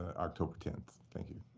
october ten. thank you.